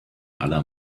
aller